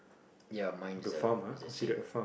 ya mine is the is the same